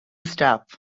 stuff